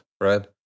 right